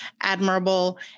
admirable